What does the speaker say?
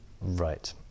Right